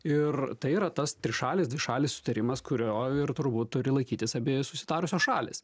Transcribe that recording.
ir tai yra tas trišalis dvišalis sutarimas kurio ir turbūt turi laikytis abi susitarusios šalys